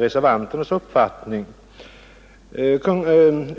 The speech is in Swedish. reservanternas uppfattning.